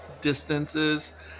distances